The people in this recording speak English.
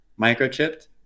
microchipped